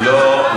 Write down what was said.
לא לא,